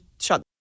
shut